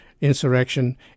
insurrection